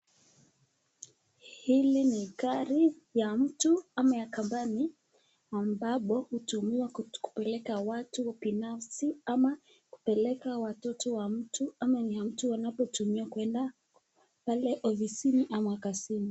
Hili ni gari ya mtu ama ya kampuni, ambapo hutumiwa kupeleka watu binafsi ama kupeleka watoto wa mtu ama ni ya mtu anapotumia kuenda pale ofisini ama kazini.